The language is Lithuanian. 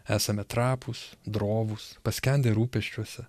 esame trapūs drovūs paskendę rūpesčiuose